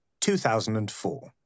2004